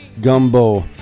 Gumbo